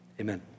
amen